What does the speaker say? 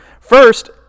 First